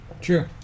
True